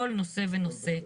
כל נושא ונושא.